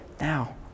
now